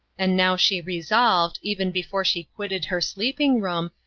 and now she resolved, even before she quitted her sleeping-room,